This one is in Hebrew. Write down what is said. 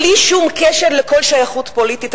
בלי שום קשר לכל שייכות פוליטית,